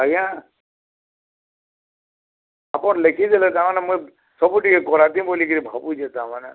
ଆଜ୍ଞା ଆପଣ୍ ଲେଖିଦେଲେ ତା'ର୍ମାନେ ମୁଇଁ ସବୁ ଟିକେ କରାତି ବୋଲିକିରି ଭାବୁଛେଁ ତା'ର୍ମାନେ